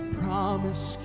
promise